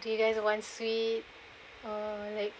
do you guys want sweets